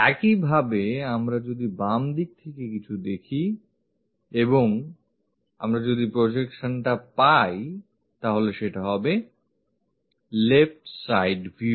একই ভাবে আমরা যদি বামদিক থেকে কিছু দেখি এবং আমরা যদি প্রজেকশন টা পাই তাহলে সেটা হবে বাঁদিকের ভিউ